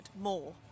more